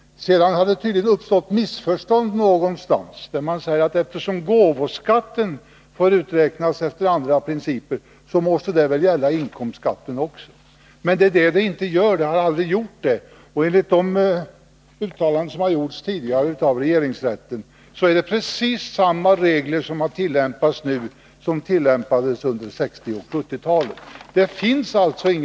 Sedan har det tydligen uppstått missförstånd någonstans. Man säger att eftersom gåvoskatten får uträknas efter andra principer, måste det väl även gälla inkomstskatten. Men det är detta det inte gör, och det har aldrig gjort det. Enligt de uttalanden som har gjorts tidigare av regeringsrätten är det precis samma regler som nu tillämpas som tillämpades under 1960 och 1970-talen.